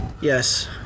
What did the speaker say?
Yes